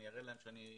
אני אראה להם שאני חרדי,